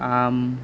আম